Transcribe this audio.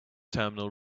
terminal